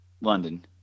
london